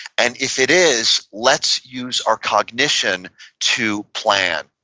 and if it is, let's use our cognition to plan,